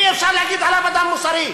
אי-אפשר להגיד עליו "אדם מוסרי".